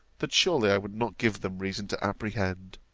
that surely i would not give them reason to apprehend,